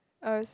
oh